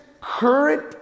current